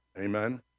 Amen